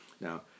Now